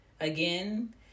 again